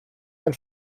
ein